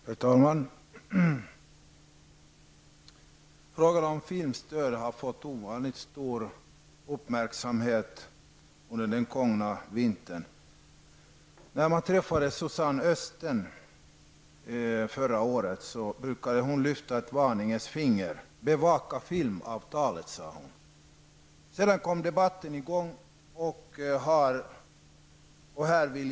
Herr talman! Frågan om filmstöd har fått ovanligt stor uppmärksamhet under den gångna vintern. Suzanne Östen, som vi träffade förra året, lyfte ett varningens finger och sade: Bevaka filmavtalet! Därefter kom debatten i gång.